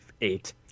eight